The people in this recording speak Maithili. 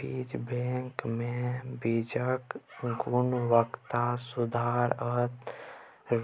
बीज बैंकमे बीजक गुणवत्ता, सुआद,